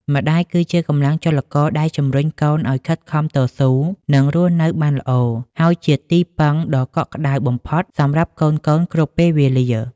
ម្ដាយ គឺជាកម្លាំងចលករដែលជំរុញកូនឲ្យខិតខំ តស៊ូ និងរស់នៅបានល្អ ហើយជាទីពឹងដ៏កក់ក្តៅបំផុតសម្រាប់កូនៗគ្រប់ពេលវេលា។